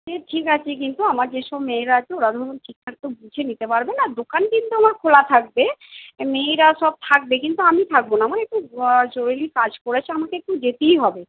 সে ঠিক আছে কিন্তু আমার যে সব মেয়েরা আছে ওরা ধরুন ঠিকঠাক তো বুঝে নিতে পারবে না দোকান কিন্তু আমার খোলা থাকবে মেয়েরা সব থাকবে কিন্তু আমি থাকব না আমার একটু জরুরি কাজ পড়েছে আমাকে একটু যেতেই হবে